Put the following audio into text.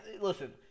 listen